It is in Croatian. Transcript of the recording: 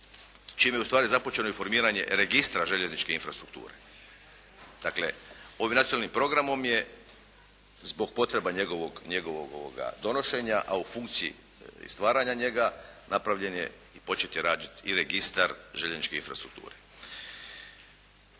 čime je ustvari započelo i formiranje registra željezničke infrastrukture. Dakle ovim nacionalnim programom je zbog potreba njegovog donošenja a u funkciji stvaranja njega napravljen je i počet je … /Govornik se ne razumije./